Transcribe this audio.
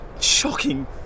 shocking